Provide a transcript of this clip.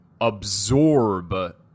absorb